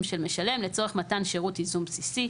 של משלם לצורך מתן שירות ייזום בסיסי,